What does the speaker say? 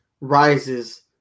rises